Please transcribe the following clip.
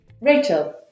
Rachel